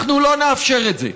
אנחנו לא נאפשר את זה.